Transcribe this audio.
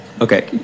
Okay